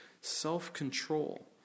self-control